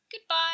Goodbye